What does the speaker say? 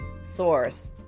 source